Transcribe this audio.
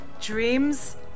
Dreams